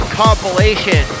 compilation